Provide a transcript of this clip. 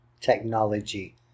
technology